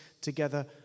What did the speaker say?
together